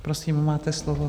Prosím, máte slovo.